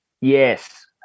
Yes